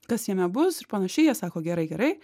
kas jame bus ir panašiai jie sako gerai gerai